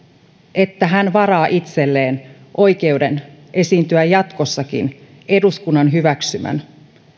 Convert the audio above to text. että hän varaa itselleen oikeuden esiintyä jatkossakin eduskunnan hyväksymän